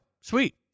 sweet